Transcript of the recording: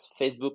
facebook